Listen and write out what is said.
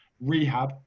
rehab